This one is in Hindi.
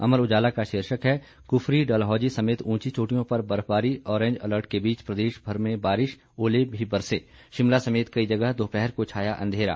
अमर उजाला का शीर्षक है कृफरी डलहौजी समेत ऊंची चोटियों पर बर्फबारी ऑरेंज अलर्ट के बीच प्रदेशभर में बारिश ओले भी बरसे शिमला समेत कई जगह दोपहर को छाया अंधेरा